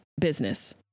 business